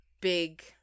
big